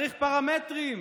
צריך פרמטרים,